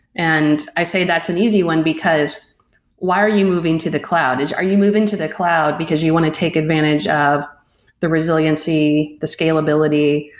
and i say that's an easy one, because why are you moving to the cloud? are you moving to the cloud because you want to take advantage of the resiliency, the scalability,